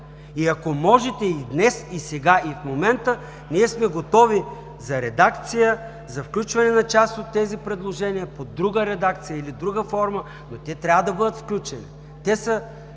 Ако можете и днес, и сега, и в момента, ние сме готови за редакция, за включване на част от тези предложения под друга редакция или друга форма, но те трябва да бъдат включени. Те са